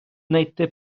найти